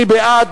מי בעד?